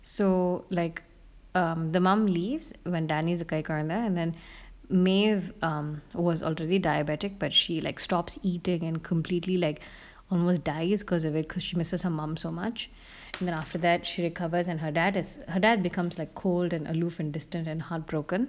so like the mum leaves when danny is a கைக் கொழந்த:kaik kolantha and then maeve um was already diabetic but she like stopped eating and completely like almost dies because of it because she misses her mom so much and then after that she recovers and her dad is her dad becomes like cold and aloof and distant and heartbroken